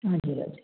हजुर हजुर